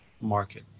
market